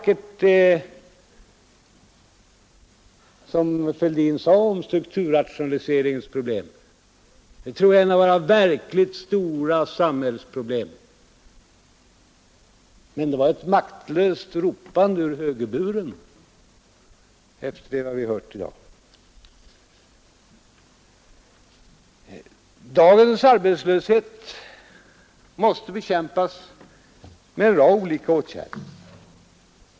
«debatt Det som herr Fälldin sade om strukturrationaliseringens problem var i och för sig vackert, och jag tror att det är ett av våra verkligt stora samhällsproblem, men hans uttalande var ett maktlöst ropande ur högerburen — efter vad vi har hört i dag. Dagens arbetslöshet måste bekämpas med en rad olika åtgärder.